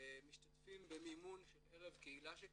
משתתפים במימון של ערב קהילה שכזה.